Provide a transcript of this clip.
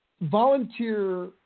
volunteer